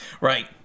Right